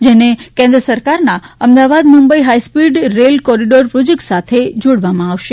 જેને કેન્દ્ર સરકારનાં Ahmedabad Mumbai high speed rail corridor project સાથે જોડવામાં આવશે